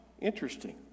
Interesting